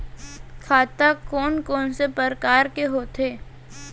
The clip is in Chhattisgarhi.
खाता कोन कोन से परकार के होथे?